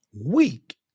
weak